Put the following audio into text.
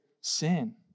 sin